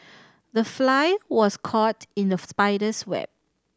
the fly was caught in the spider's web